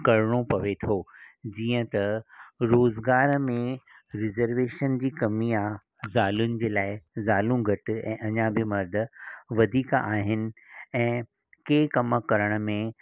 करिणो पवे थो जीअं त रोज़गारु में रिजर्वेशन जी कमी आहे ज़ालुनि जे लाइ ज़ालूं घटि अञा बि मर्द वधीक आहिनि ऐं कंहिं कम करण में